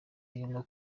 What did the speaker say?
irimo